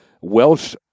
Welsh